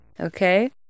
Okay